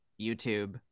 YouTube